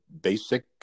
basic